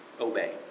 Obey